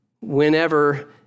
whenever